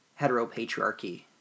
heteropatriarchy